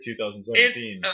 2017